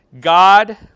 God